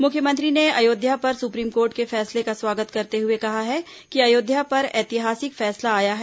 मुख्यमंत्री ने अयोध्या पर सुप्रीम कोर्ट के फैसले का स्वागत करते हुए कहा है कि अयोध्या पर ऐतिहासिक फैसला आया है